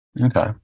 okay